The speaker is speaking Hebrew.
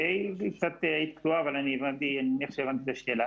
קצת היית קטועה אבל אני מניח שהבנתי את השאלה.